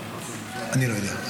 אני לא יודע.